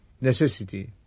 necessity